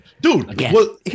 dude